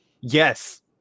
Yes